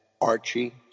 Archie